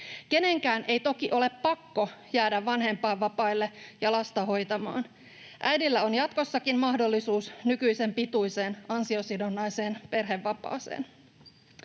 Kenenkään ei toki ole pakko jäädä vanhempainvapaille ja lasta hoitamaan. Äidillä on jatkossakin mahdollisuus nykyisen pituiseen ansiosidonnaiseen perhevapaaseen.